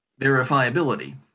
verifiability